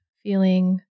feeling